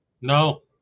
No